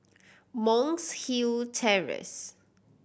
Monk's Hill Terrace